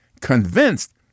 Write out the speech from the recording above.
convinced